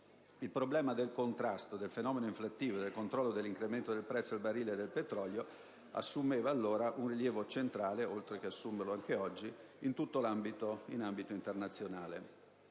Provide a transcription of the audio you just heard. Il problema del contrasto del fenomeno inflattivo e del controllo dell'incremento del prezzo al barile del petrolio assumeva allora un rilievo centrale, oltre ad assumerlo anche oggi in tutto l'ambito internazionale.